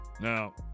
Now